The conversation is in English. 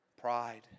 Pride